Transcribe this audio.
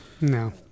No